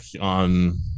on